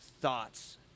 thoughts